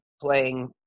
playing